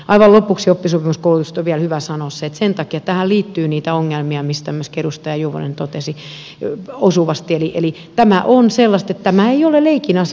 aivan lopuksi oppisopimuskoulutuksesta on vielä hyvä sanoa se että sen takia tähän liittyy niitä ongelmia mistä myöskin edustaja juvonen totesi osuvasti eli tämä on sellaista että tämä ei ole leikin asia